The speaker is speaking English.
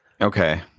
Okay